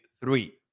three